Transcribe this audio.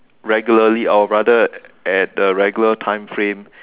regularly I will rather at the regular time frame